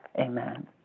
Amen